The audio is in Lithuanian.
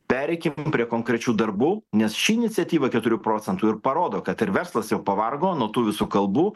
pereikim prie konkrečių darbų nes ši iniciatyva keturių procentų ir parodo kad ir verslas jau pavargo nuo tų visų kalbų